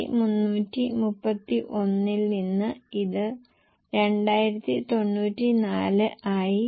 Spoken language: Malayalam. ശുഭാപ്തിവിശ്വാസം 5956 അശുഭാപ്തിവിശ്വാസം 5903 ആണ്